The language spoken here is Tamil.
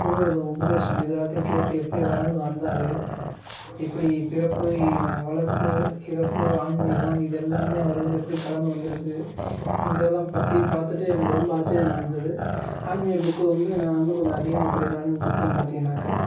குருவுது உபதேசம் இது எல்லாத்தையும் கேட்டு எப்படி வாழ்ந்து வந்தார் இப்படி பிறப்பு வளர்ப்பு இறப்பு ஆன்மீகம் இது எல்லாமே அவருதில் எப்படி கலந்து வந்திருக்கு இதெல்லாம் பற்றி பார்த்துட்டு எனக்கு ரொம்ப ஆச்சரியமாக இருந்தது ஆன்மீக புக்கு வந்து நான் வந்து கொஞ்சம் அதிகமாக படிப்பேன் ஆன்மீக புத்தகம் பார்த்தீங்கனாக்கா